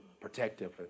protective